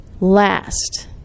last